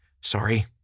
Sorry